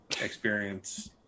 experience